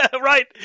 right